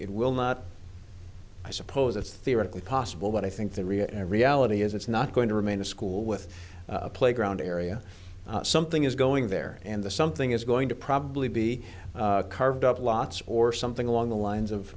it will not i suppose it's theoretically possible but i think the real reality is it's not going to remain a school with a playground area something is going there and the something is going to probably be carved up lots or something along the lines